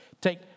take